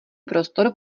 prostor